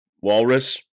walrus